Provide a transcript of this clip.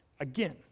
again